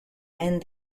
end